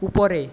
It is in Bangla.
উপরে